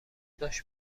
باش